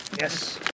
Yes